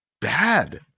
bad